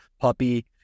puppy